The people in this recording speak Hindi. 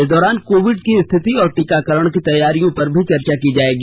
इस दौरान कोविड की स्थींति और टीकाकरण की तैयारी पर चर्चा की जायेगी